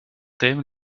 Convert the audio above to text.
thème